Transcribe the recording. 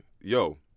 Yo